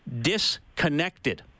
disconnected